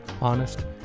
honest